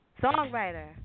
songwriter